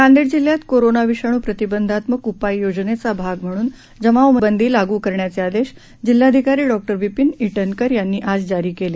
नांदेड जिल्ह्यात कोरोना विषाणू प्रतिबंधात्मक उपाययोजनेचा भाग म्हणून जमावबंदी लागू करण्याचे आदेश जिल्हाधिकारी डॉ विपिन ईटनकर यांनी आज जारी केले